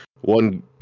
one